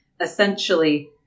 essentially